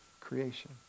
creation